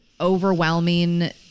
overwhelming